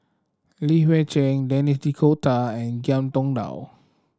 Li Hui Cheng Denis D'Cotta and Ngiam Tong Dow